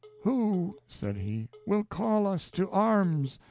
who, said he, will call us to arms?